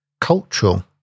cultural